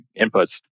inputs